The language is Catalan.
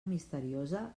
misteriosa